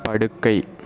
படுக்கை